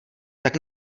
tak